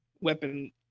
weapon